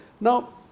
Now